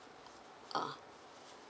uh